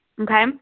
Okay